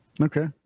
Okay